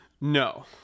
No